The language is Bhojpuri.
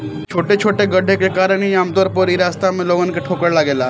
इ छोटे छोटे गड्ढे के कारण ही आमतौर पर इ रास्ता में लोगन के ठोकर लागेला